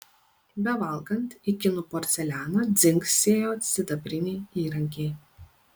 bevalgant į kinų porcelianą dzingsėjo sidabriniai įrankiai